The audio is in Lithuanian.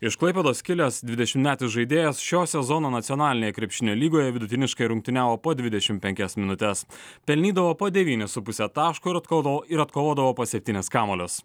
iš klaipėdos kilęs dvidešimtmetis žaidėjas šio sezono nacionalinėje krepšinio lygoje vidutiniškai rungtyniavo po dvidešimt penkias minutes pelnydavo po devynis su puse taško ir atkolo ir atkovodavo po septynis kamuolius